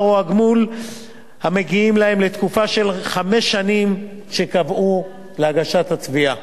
או הגמול המגיעים להם לתקופה של חמש השנים שקדמו להגשת התובענה.